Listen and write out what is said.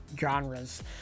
genres